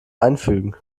einfügen